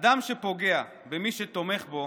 אדם שפוגע במי שתומך בו,